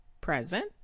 present